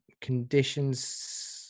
Conditions